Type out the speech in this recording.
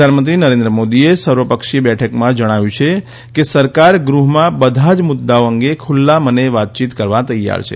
પ્રધાનમંત્રી નરેન્દ્ર મોદીએ સર્વપક્ષીય બેઠકમાં જણાવ્યું છે કે સરકાર ગૃહમાં બધા જ મુદ્દાઓ અંગે ખુલ્લા મને વાતચીત કરવા તૈયાર છે